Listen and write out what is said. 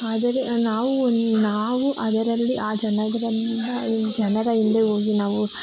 ಆದರೆ ನಾವು ನಾವು ಅದರಲ್ಲಿ ಆ ಜನಗಳಿಂದ ಜನರ ಹಿಂದೆ ಹೋಗಿ ನಾವು